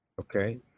Okay